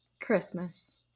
christmas